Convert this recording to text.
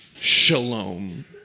Shalom